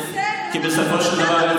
כי בסופו של דבר,